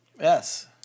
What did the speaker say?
Yes